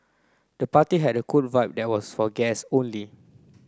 the party had a cooler vibe there was for guest only